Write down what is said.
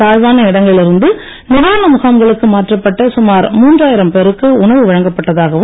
தாழ்வான இடங்களில் இருந்து நிவாரண முகாம்களுக்கு மாற்றப்பட்ட சுமார் மூவாயிரம் பேருக்கு உணவு வழங்கப்பட்டதாகவும்